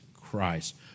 Christ